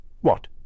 What